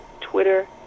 Twitter